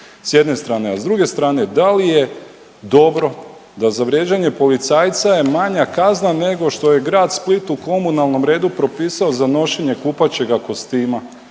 s jedne strane, a s druge strane da li je dobro da za vrijeđanje policajca je manja kazna nego što je Grad Split u komunalnom redu propisao za nošenje kupaćega kostima